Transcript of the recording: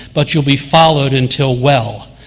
but you'll be followed until well.